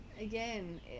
Again